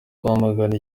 kwamagana